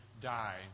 die